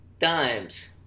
Dimes